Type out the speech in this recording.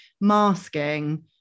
masking